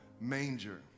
manger